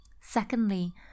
Secondly